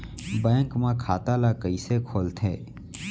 Bank म खाता ल कइसे खोलथे?